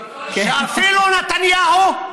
אפילו נתניהו,